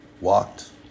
Walked